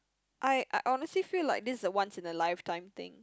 I uh honestly feel like this is a once in a lifetime thing